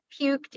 puked